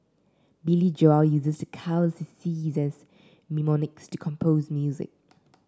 Billy Joel uses the colours he sees as mnemonics to compose music